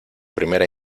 primera